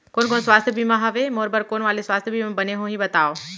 कोन कोन स्वास्थ्य बीमा हवे, मोर बर कोन वाले स्वास्थ बीमा बने होही बताव?